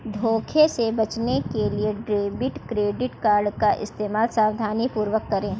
धोखे से बचने के लिए डेबिट क्रेडिट कार्ड का इस्तेमाल सावधानीपूर्वक करें